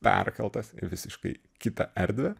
perkaltas į visiškai kitą erdvę